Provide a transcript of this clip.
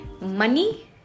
Money